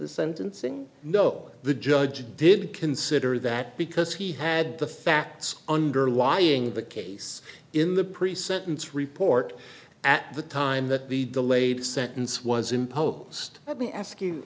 the sentencing no the judge did consider that because he had the facts underlying the case in the pre sentence report at the time that the delayed sentence was imposed let me ask you